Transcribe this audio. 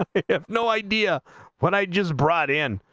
ah yeah no idea what i just brought and